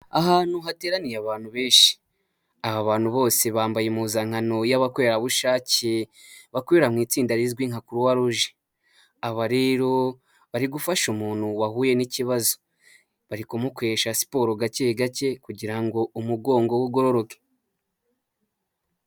Ahantu hateraniye abantu benshi, aba bantu bose bambaye impuzankano y'abakorerabushake bakorera mu itsinda rizwi nka"croix rouge",aba rero bari gufasha umuntu wahuye n'ikibazo, bari kumukoresha siporo gake gake kugira ngo umugongo ugororoke.